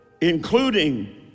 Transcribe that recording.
including